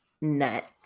Nut